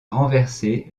renverser